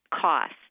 cost